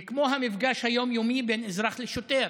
וכמו המפגש היום-יומי בין אזרח לשוטר,